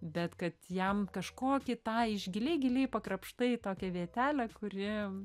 bet kad jam kažkokį tą iš giliai giliai pakrapštai tokią vietelę kuri